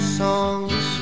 songs